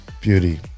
Beauty